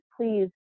please